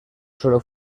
solo